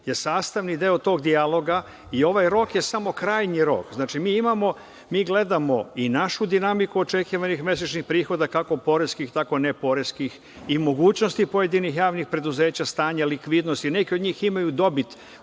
je sastavni deo tog dijaloga i ovaj rok je samo krajnji rok. Znači, mi gledamo i našu dinamiku očekivanih mesečnih prihoda, kako poreskih, tako neporeskih, i mogućnosti pojedinih javnih preduzeća, stanje likvidnosti. Neki od njih imaju dobit